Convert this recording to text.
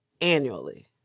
annually